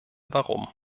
warum